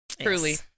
Truly